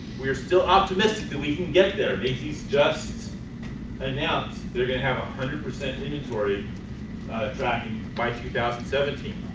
we're still optimistic that we can get there, macy's just announced they're going to have hundred percent and inventory tracking by two thousand and seventeen.